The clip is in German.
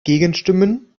gegenstimmen